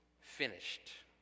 finished